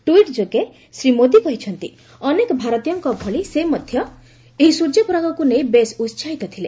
tweet ଯୋଗେ ଶ୍ରୀ ମୋଦି କହିଛନ୍ତି ଅନେକ ଭାରତୀୟଙ୍କ ଭଳି ସେ ମଧ୍ୟ ଏହି ସୂର୍ଯ୍ୟପରାଗକୁ ନେଇ ବେଶ୍ ଉହାହିତ ଥିଲେ